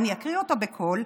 ואני אקריא אותו בקול: